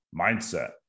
mindset